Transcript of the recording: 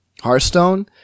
Hearthstone